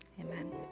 Amen